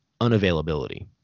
unavailability